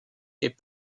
est